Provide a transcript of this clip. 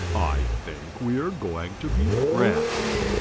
i think we are going to be friends.